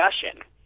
discussion